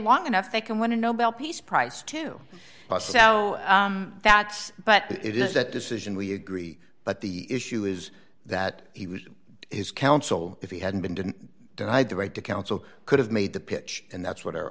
long enough they can win a nobel peace prize too but so that's but it is that decision we agree but the issue is that he was his counsel if he hadn't been denied the right to counsel could have made the pitch and that's